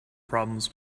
problems